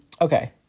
Okay